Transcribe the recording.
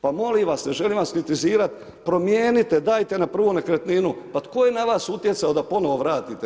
Pa molim vas, ne želim vas kritizirati, promijenite, dajte na prvu nekretninu, pa tko je na vas utjecao da ponovno vratite